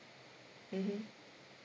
mmhmm